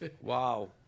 Wow